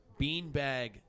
beanbag